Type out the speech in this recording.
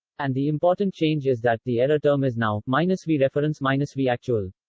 and the important change is that, the error term is now minus v reference minus v actual.